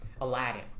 Aladdin